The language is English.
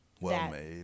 Well-made